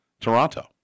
Toronto